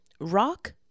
Rock